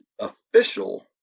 official